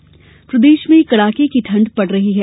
मौसम प्रदेश में कड़ाके की ठंड पड़ रही है